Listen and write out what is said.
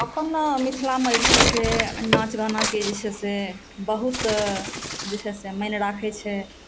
एखनो मिथिलामे जे छै से नाच गानाके जे छै से बहुत जे छै से माने राखे छै